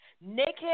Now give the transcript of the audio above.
naked